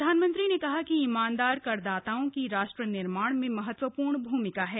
प्रधानमंत्री ने कहा कि ईमानदार करदाताओं की राष्ट्र निर्माण में महत्वपूर्ण भूमिका है